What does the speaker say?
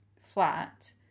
flat